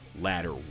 ladder